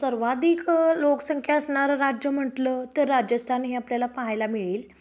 सर्वाधिक लोकसंख्या असणारं राज्य म्हंटलं तर राजस्थान हे आपल्याला पाहायला मिळेल